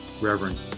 Reverend